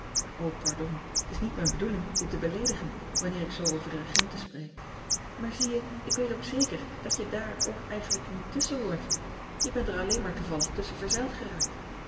pardon t s niet mijn bedoeling je te beleedigen wanneer ik zoo over de regenten spreek aar zie je ik weet ook zeker dat je daar ook eigenlijk niet tusschen hoort e bent er alleen maar toevallig tusschen verzeild geraakt